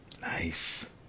Nice